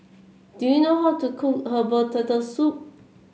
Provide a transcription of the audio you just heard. do you know how to cook Herbal Turtle Soup